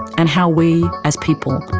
and how we, as people,